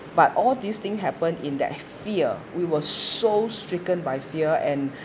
but all these thing happened in that fear we were so stricken by fear and